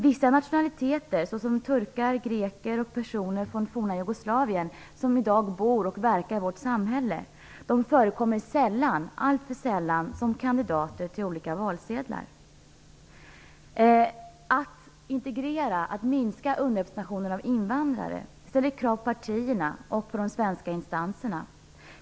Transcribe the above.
Vissa nationaliteter, såsom turkar, greker och personer från det forna Jugoslavien och som i dag bor och verkar i vårt samhälle förekommer alltför sällan som kandidater på olika valsedlar. Att minska underrepresentationen av invandrare ställer krav på partierna och de svenska instanserna.